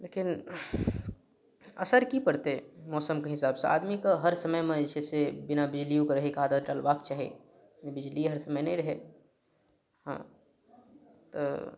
लेकिन असर की पड़तै मौसमके हिसाब सऽ आदमी के हर समय मे जे छै से बिना बिजलियो के रहैके आदत डलबाक चाही बिजली हर समय नै रहै हँ तऽ